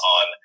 on